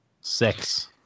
Six